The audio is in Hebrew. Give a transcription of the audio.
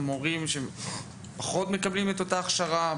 מורים שפחות מקבלים את אותה ההשקעה,